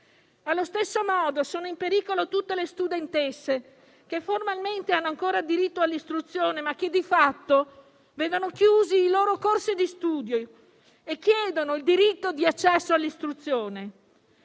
Allo stesso modo sono in pericolo tutte le studentesse, che formalmente hanno ancora diritto all'istruzione, ma che di fatto vedono chiusi i loro corsi di studio e chiedono il diritto di accesso all'istruzione.